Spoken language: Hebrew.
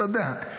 אתה יודע.